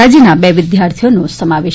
રાજ્યના બે વિદ્યાર્થીઓનો સમાવેશ